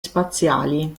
spaziali